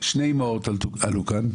שתי אמהות עלו כאן,